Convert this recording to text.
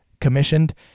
commissioned